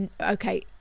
okay